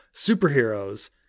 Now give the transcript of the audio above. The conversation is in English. superheroes